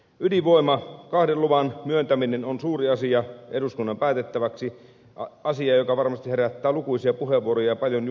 ydinvoima kahden luvan myöntäminen on suuri asia eduskunnan päätettäväksi asia joka varmasti herättää lukuisia puheenvuoroja ja paljon julkista keskustelua